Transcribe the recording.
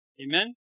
Amen